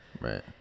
right